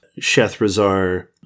Shethrazar